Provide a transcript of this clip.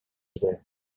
today